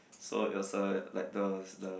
so it was uh like the the